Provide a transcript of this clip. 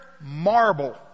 marble